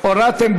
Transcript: הורדתם?